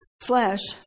flesh